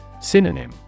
Synonym